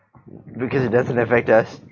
because it doesn't affect us